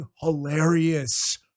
Hilarious